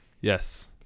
yes